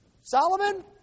Solomon